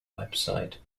website